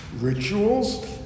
rituals